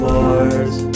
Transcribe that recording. Wars